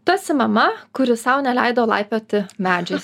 tu esi mama kuri sau neleido laipioti medžiais